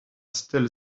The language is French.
stèle